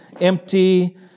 empty